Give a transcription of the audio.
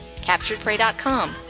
CapturedPrey.com